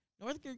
North